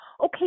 Okay